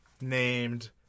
named